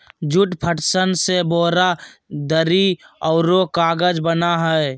jute, पटसन से बोरा, दरी औरो कागज बना हइ